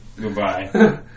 goodbye